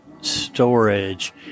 storage